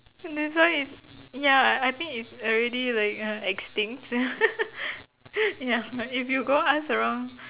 this one is ya I think it's already like uh extinct ya if you go ask around